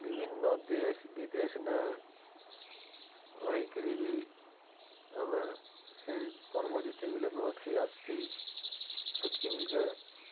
ବିଭିନ୍ନ ଦେଶ୍ ବିଦେଶ୍ନେ ରହିକିରି ବି ଆମେ ସେ ପର୍ବ ଯେତେବେଲେ ନୂଆଖାଇ ଆସ୍ସି ହେତ୍କି ବେଲ୍କେ